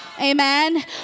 Amen